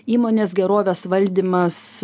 įmonės gerovės valdymas